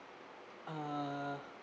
uh